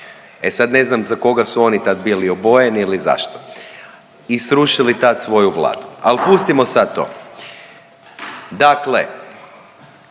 E sad ne znam za koga su oni tad bili obojeni ili zašto i srušili tad svoju Vladu. Al pustimo sad to. Dakle,